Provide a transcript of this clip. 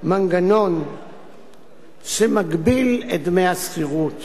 מנגנון שמגביל את דמי השכירות